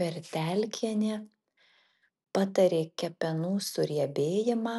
vertelkienė patarė kepenų suriebėjimą